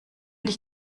dich